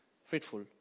Fruitful